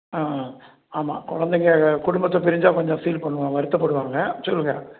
ஆ ஆமாம் குழந்தைங்கள் குடும்பத்தை பிரிஞ்சால் கொஞ்சம் ஃபீல் பண்ணுவான் வருத்தப்படுவாங்க சொல்லுங்கள்